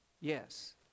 Yes